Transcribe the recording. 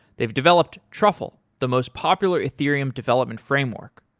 they've developed truffle, the most popular ethereum development framework.